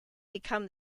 become